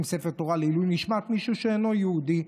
ספר תורה לעילוי נשמת מישהו שאינו יהודי,